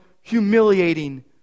humiliating